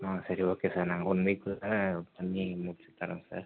ஆ சரி okay sir நாங்க one வீக்குக்குள்ளே பண்ணி முடித்து தரேங் சார்